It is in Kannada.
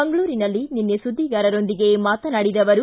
ಮಂಗಳೂರಿನಲ್ಲಿ ನಿನ್ನೆ ಸುದ್ದಿಗಾರರೊಂದಿಗೆ ಮಾತನಾಡಿದ ಆವರು